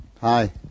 Hi